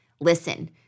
Listen